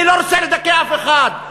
אני לא רוצה לדכא אף אחד,